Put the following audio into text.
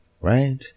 Right